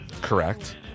Correct